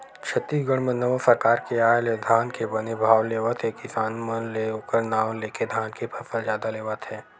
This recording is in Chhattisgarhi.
छत्तीसगढ़ म नवा सरकार के आय ले धान के बने भाव लेवत हे किसान मन ले ओखर नांव लेके धान के फसल जादा लेवत हे